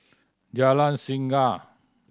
Jalan Singa